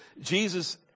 Jesus